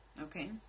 Okay